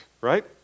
right